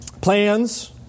Plans